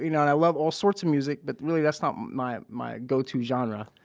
you know and i love all sorts of music, but really that's not my, my go-to genre.